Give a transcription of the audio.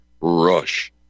rush